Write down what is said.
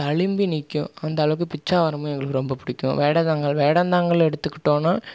தளும்பி நிற்கும் அந்தளவுக்கு பிச்சாவரமும் எங்களுக்கு ரொம்ப பிடிக்கும் வேடந்தாங்கல் வேடந்தாங்கல் எடுத்துகிட்டோம்னா